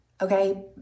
okay